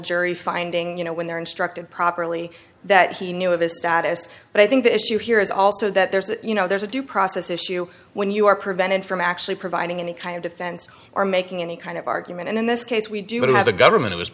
jury finding you know when they're instructed properly that he knew of his status but i think the issue here is also that there's a you know there's a due process issue when you are prevented from actually providing any kind of defense or making any kind of argument and in this case we do not have a government